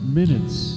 minutes